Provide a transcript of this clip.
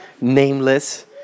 nameless